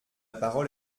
parole